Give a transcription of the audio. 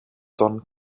τον